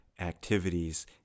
activities